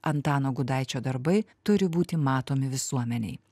antano gudaičio darbai turi būti matomi visuomenei